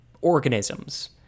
organisms